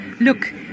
Look